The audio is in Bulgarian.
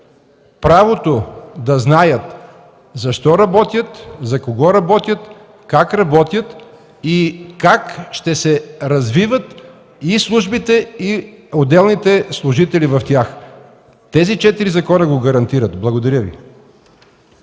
правото да знаят защо работят, за кого работят, как работят и как ще се развиват и службите, и отделните служители в тях. Тези четири закона го гарантират. Благодаря Ви.